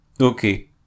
Okay